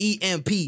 EMP